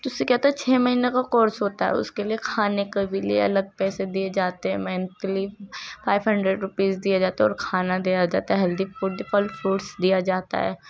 تو اس سے کیا ہوتا ہے چھ مہینہ کا کورس ہوتا ہے اس کے لیے کھانے کا بھی لیے الگ پیسے دیے جاتے ہیں منتھلی فائیو ہنڈریڈ روپیز دیا جاتا ہے اور کھانا دیا جاتا ہے ہیلدی فوڈ پھل فروٹس دیا جاتا ہے